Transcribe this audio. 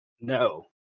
No